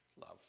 Love